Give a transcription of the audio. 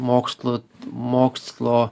mokslų mokslo